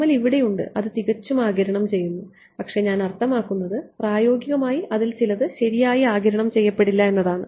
PML ഇവിടെയുണ്ട് അത് തികച്ചും ആഗിരണം ചെയ്യുന്നു പക്ഷേ ഞാൻ അർത്ഥമാക്കുന്നത് പ്രായോഗികമായി അതിൽ ചിലത് ശരിയായി ആഗിരണം ചെയ്യപ്പെടില്ല എന്നാണ്